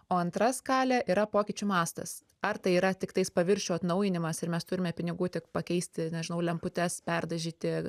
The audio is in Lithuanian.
o antra skalė yra pokyčių mastas ar tai yra tiktai paviršių atnaujinimas ir mes turime pinigų tik pakeisti nežinau lemputes perdažyti